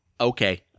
Okay